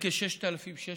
בכ-6,600,